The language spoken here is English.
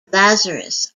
lazarus